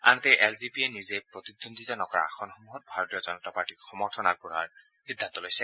আনহাতে L J পিয়ে নিজে প্ৰজ্দিন্দ্বিতা নকৰা আসনসমূহত ভাৰতীয় জনতা পাৰ্টীক সমৰ্থন আগবঢ়োৱাৰ সিদ্ধান্ত লৈছে